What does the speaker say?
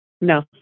No